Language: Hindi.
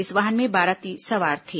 इस वाहन में बाराती सवार थे